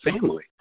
family